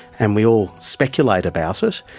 and we all speculate about it.